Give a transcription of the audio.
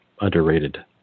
underrated